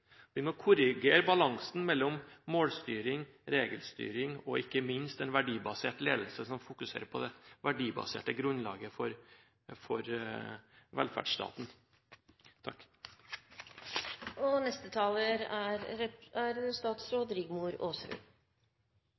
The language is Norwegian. Vi må korrigere balansen mellom målstyring, regelstyring og ikke minst en verdibasert ledelse, som fokuserer på det verdibaserte grunnlaget for velferdsstaten. Jeg opplever at det er